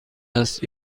است